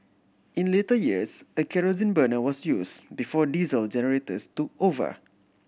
in later years a kerosene burner was use before diesel generators took over